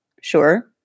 Sure